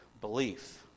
belief